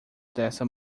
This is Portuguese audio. dessa